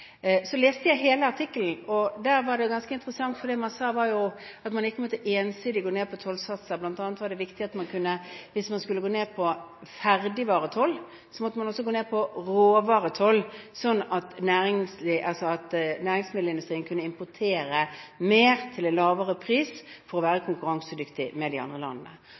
Så leste jeg hele artikkelen, og det var ganske interessant, fordi det man sa, var at man ikke ensidig måtte sette ned tollsatser. Blant annet var det viktig hvis man skulle sette ned ferdigvaretollen, at man også måtte sette ned råvaretollen, sånn at næringsmiddelindustrien kunne importere mer til en lavere pris for å være konkurransedyktige med de andre landene.